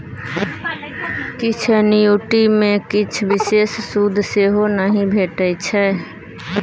किछ एन्युटी मे किछ बिषेश सुद सेहो नहि भेटै छै